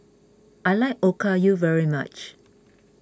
I like Okayu very much